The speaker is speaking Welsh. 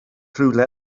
rhywle